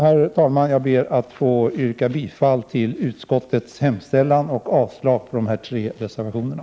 Herr talman! Jag ber att få yrka bifall till utskottets hemställan och avslag på de tre reservationerna.